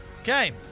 Okay